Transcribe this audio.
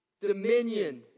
dominion